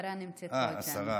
השרה נמצאת פה איתנו.